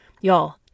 Y'all